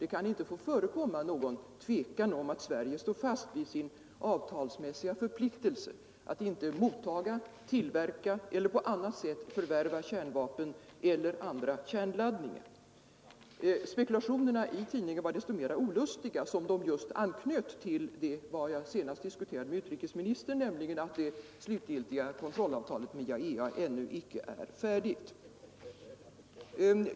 Det kan inte få förekomma någon tvekan om att Sverige står fast vid sin avtalsmässiga förpliktelse att inte mottaga, tillverka eller på annat sätt förvärva kärnvapen eller andra kärnladdningar. Spekulationerna i tidningen var desto mer olustiga som de just anknöt till vad jag senast diskuterade med utrikesministern, nämligen att det slutgiltiga kontrollavtalet med IAEA ännu icke är färdigt.